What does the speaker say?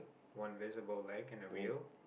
one miserable leg and a wheel